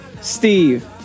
Steve